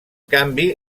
canvi